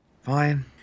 Fine